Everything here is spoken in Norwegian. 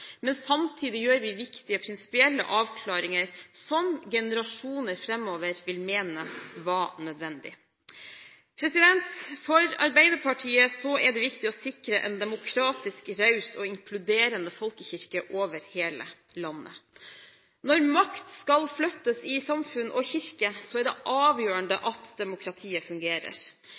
men samtidig gjør vi viktige prinsipielle avklaringer som generasjoner framover vil mene var nødvendige. For Arbeiderpartiet er det viktig å sikre en demokratisk, raus og inkluderende folkekirke over hele landet. Når makt skal flyttes i samfunn og kirke, er det avgjørende at demokratiet fungerer.